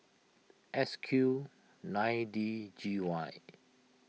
S Q nine D G Y